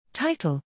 Title